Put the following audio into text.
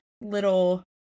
little